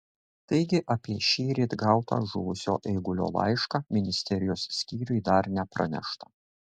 taigi apie šįryt gautą žuvusio eigulio laišką ministerijos skyriui dar nepranešta